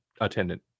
attendant